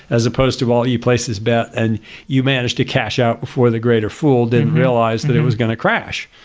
as oppose to all you places bet and you managed to cash it out before the greater fool didn't realized that it was going to crash.